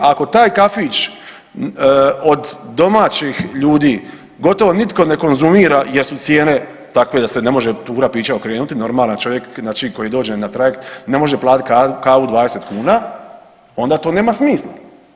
Ako taj kafić od domaćih ljudi gotovo nitko ne konzumira jer su cijene takve da se ne može tura pića okrenuti, normalan čovjek znači koji dođe na trajekt ne može platiti kavu 20 kuna, onda to nema smisla.